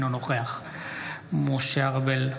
אינו נוכח משה ארבל,